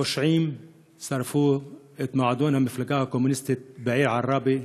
פושעים שרפו את מועדון המפלגה הקומוניסטית בעיר עראבה,